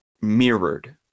mirrored